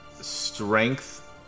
strength